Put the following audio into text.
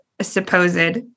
supposed